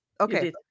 Okay